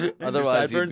Otherwise